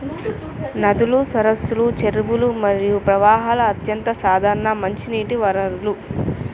నదులు, సరస్సులు, చెరువులు మరియు ప్రవాహాలు అత్యంత సాధారణ మంచినీటి వనరులు